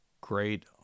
great